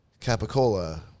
capicola